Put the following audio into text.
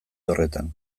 horretan